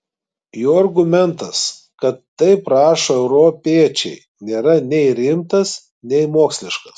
jo argumentas kad taip rašo europiečiai nėra nei rimtas nei moksliškas